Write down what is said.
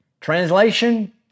Translation